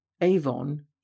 Avon